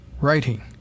WRITING